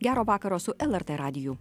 gero vakaro su lrt radiju